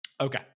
Okay